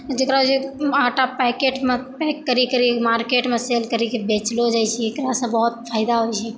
जकरा आटा पैकेटमे पैक करि करि मार्केटमे सेल करिके बेचलऽ जाइ छै एकरासँ बहुत फायदा होइ छै